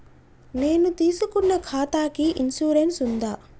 నేను తీసుకున్న ఖాతాకి ఇన్సూరెన్స్ ఉందా?